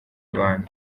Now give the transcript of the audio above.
abantu